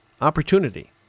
opportunity